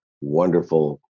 wonderful